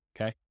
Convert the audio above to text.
Okay